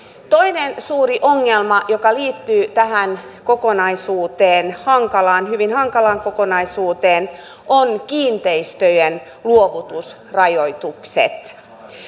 toinen suuri ongelma joka liittyy tähän kokonaisuuteen hyvin hankalaan kokonaisuuteen on kiinteistöjen luovutusrajoitukset